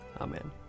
Amen